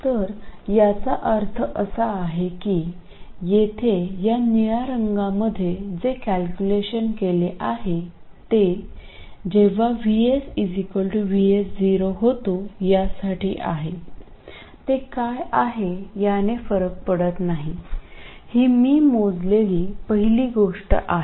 तर याचा अर्थ असा आहे की येथे या निळ्या रंगामध्ये जे कॅल्क्युलेशन केले आहे ते जेव्हा VS VS0 होतो यासाठी आहे ते काय आहे याने फरक पडत नाही ही मी मोजलेली पहिली गोष्ट आहे